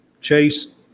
Chase